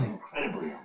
incredibly